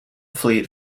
fleet